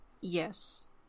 Yes